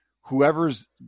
whoever's